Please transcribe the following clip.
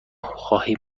خواهیم